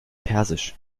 persisch